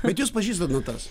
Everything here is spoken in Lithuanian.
bet jūs pažįstat natas